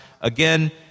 Again